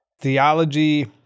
theology